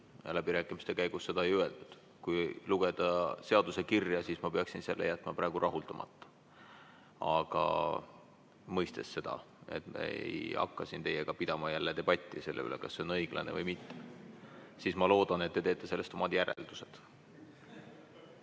läbirääkimiste käigus te seda ei öeldud. Kui lugeda seaduse kirja, siis ma peaksin selle jätma praegu rahuldamata. Aga mõistes seda, et me ei hakka siin teiega pidama jälle debatti selle üle, kas see on õiglane või mitte, ma loodan, et te teete sellest oma järeldused.